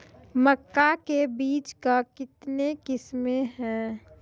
मक्का के बीज का कितने किसमें हैं?